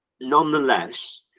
nonetheless